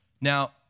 Now